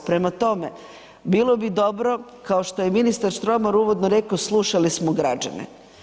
Prema tome, bilo bi dobro, kao što je i ministar Štromar uvodno rekao, slušali smo građane.